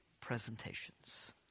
presentations